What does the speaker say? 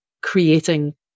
creating